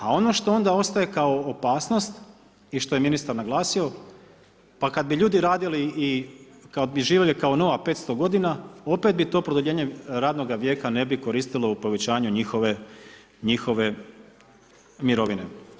A one što onda ostaje kao opasnost i što je ministar naglasio pa kad bi ljudi radili i kad bi živjeli kao Noa 500 godina opet bi to produljenje radnoga vijeka ne bi koristilo u povećanju njihove mirovine.